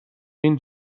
این